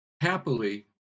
happily